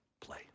play